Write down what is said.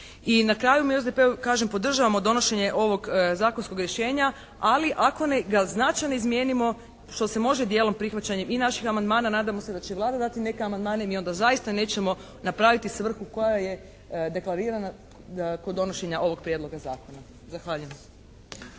I na kraju mi u SDP-u kažem podržavamo donošenje ovog zakonskog rješenja. Ali ako ga značajno ne izmijenimo što se može dijelom prihvaćanjem i naših amandmana, nadamo se će i Vlada dati neke amandmane, mi onda zaista nećemo napraviti svrhu koja je deklarirana da kod donošenja ovog prijedloga zakona. Zahvaljujem.